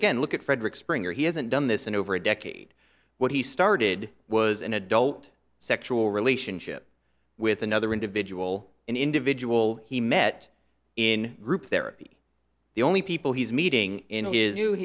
again look at frederick springer he hasn't done this in over a decade what he started was an adult sexual relationship with another individual an individual he met in group therapy the only people he's meeting in his